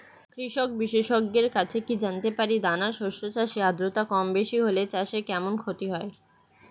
কৃষক বিশেষজ্ঞের কাছে কি জানতে পারি দানা শস্য চাষে আদ্রতা কমবেশি হলে চাষে কেমন ক্ষতি হয়?